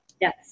Yes